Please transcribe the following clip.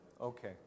Okay